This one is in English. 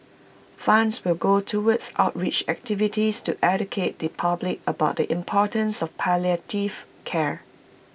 funds will go towards outreach activities to educate the public about the importance of palliative care